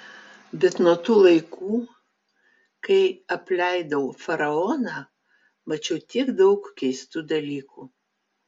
bet nuo tų laikų kai apleidau faraoną mačiau tiek daug keistų dalykų